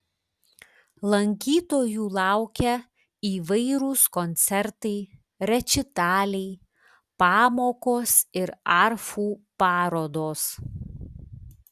lankytojų laukia įvairūs koncertai rečitaliai pamokos ir arfų parodos